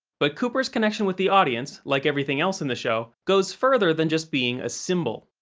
but, cooper's connection with the audience, like everything else in this show, goes further than just being a symbol.